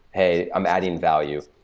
hey, i'm adding value,